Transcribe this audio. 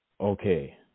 Okay